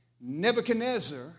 Nebuchadnezzar